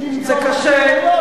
זה קשה,